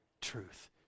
Truth